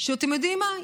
אתם יודעים מה,